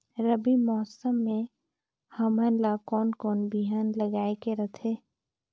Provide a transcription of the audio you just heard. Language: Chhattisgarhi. रबी मौसम मे हमन ला कोन कोन बिहान लगायेक रथे?